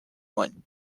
one